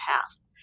past